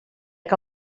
que